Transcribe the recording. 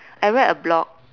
I read a blog